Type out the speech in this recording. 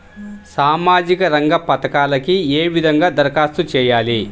సామాజిక రంగ పథకాలకీ ఏ విధంగా ధరఖాస్తు చేయాలి?